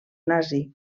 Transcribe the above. nazi